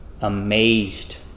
amazed